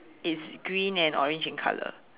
it's green and orange in colour